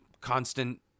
constant